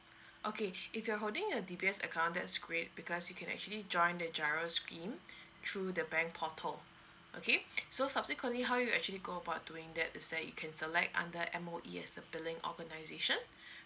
okay if you are holding a D_B_S account that's great because you can actually join the giro scheme through the bank portal okay so subsequently how you actually go about doing that is that you can select under M_O_E as the billing organisation